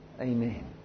Amen